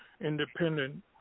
independent